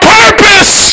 purpose